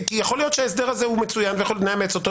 כמו שנאמר לגבי דוגמת בריטניה,